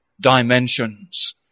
dimensions